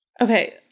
Okay